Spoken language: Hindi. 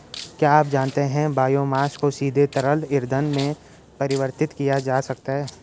क्या आप जानते है बायोमास को सीधे तरल ईंधन में परिवर्तित किया जा सकता है?